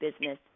business